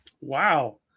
Wow